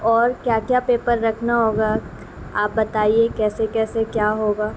اور کیا کیا پیپر رکھنا ہوگا آپ بتائیے کیسے کیسے کیا ہوگا